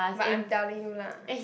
but I'm telling you lah